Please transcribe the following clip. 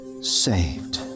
saved